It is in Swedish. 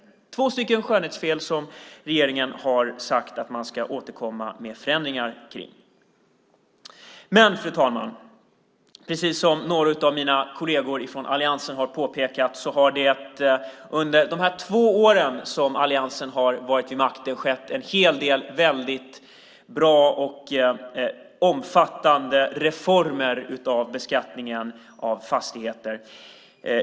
Detta är två skönhetsfel som regeringen har sagt att man ska återkomma med förändringar kring. Fru talman! Precis som några av mina kolleger från alliansen har påpekat har det under alliansens två år vid makten skett en hel del väldigt bra och omfattande reformer av beskattningen av fastigheter.